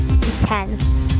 Ten